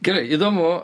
gerai įdomu